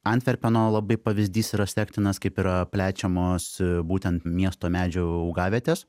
antverpeno labai pavyzdys yra sektinas kaip yra plečiamos būtent miesto medžių augavietės